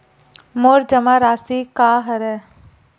मोर जमा राशि का हरय?